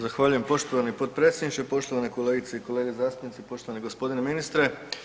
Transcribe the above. Zahvaljujem poštovani potpredsjedniče, poštovane kolegice i kolege zastupnici, poštivani g. ministre.